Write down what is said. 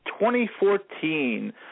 2014